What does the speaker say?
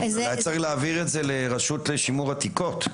היה צריך להעביר את זה לרשות לשימור עתיקות,